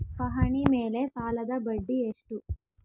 ಪಹಣಿ ಮೇಲೆ ಸಾಲದ ಬಡ್ಡಿ ಎಷ್ಟು?